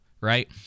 right